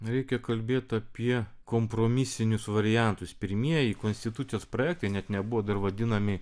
reikia kalbėt apie kompromisinius variantus pirmieji konstitucijos projektai net nebuvo dar vadinami